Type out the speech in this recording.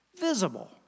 visible